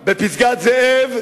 בפסגת-זאב,